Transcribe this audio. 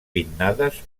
pinnades